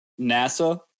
NASA